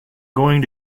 going